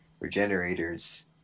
Regenerators